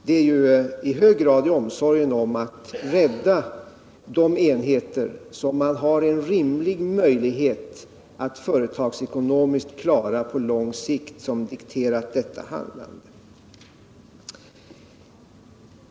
Det är i hög grad omsorgen om att rädda de enheter som det finns en rimlig möjlighet att företagsekonomiskt klara på lång sikt som dikterat detta handlande.